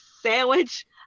sandwich